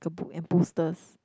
book and posters